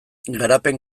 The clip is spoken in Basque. garapen